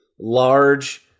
large